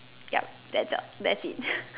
yup that the that's it